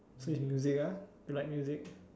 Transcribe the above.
so it's music ah you like music